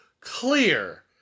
clear